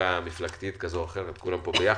חלוקה מפלגתית כזאת או אחרת, כולנו פה ביחד.